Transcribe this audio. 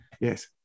Yes